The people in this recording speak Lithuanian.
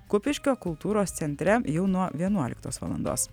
kupiškio kultūros centre jau nuo vienuoliktos valandos